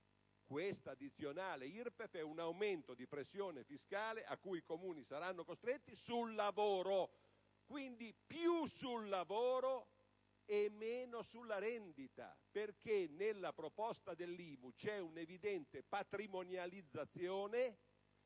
Questa addizionale IRPEF è un aumento di pressione fiscale a cui i Comuni saranno costretti sul lavoro: quindi, «più sul lavoro e meno sulla rendita», perché nella proposta dell'IMU c'è un'evidente patrimonializzazione